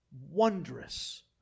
wondrous